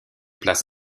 place